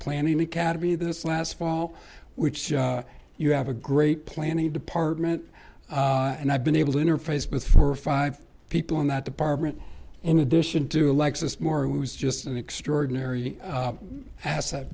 planning academy this last fall which you have a great planning department and i've been able to interface with four or five people in that department in addition to alexis moore who's just an extraordinary asset